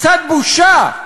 קצת בושה,